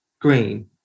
green